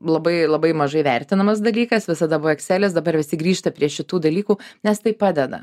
labai labai mažai vertinamas dalykas visada buvo ekselis dabar visi grįžta prie šitų dalykų nes tai padeda